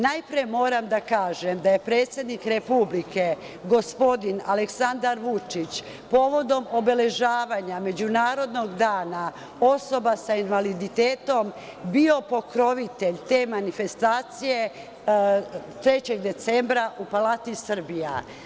Najpre moram da kažem da je predsednik republike, gospodin Aleksandar Vučić, povodom obeležavanja Međunarodnog dana osoba sa invaliditetom bio pokrovitelj te manifestacije 3. decembra u Palati Srbija.